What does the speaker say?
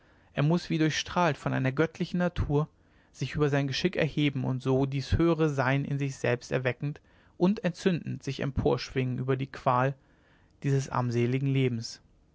er muß wie durchstrahlt von einer göttlichen natur sich über sein geschick erheben und so dies höhere sein in sich selbst erweckend und entzündend sich emporschwingen über die qual dieses armseligen lebens